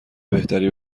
بهتری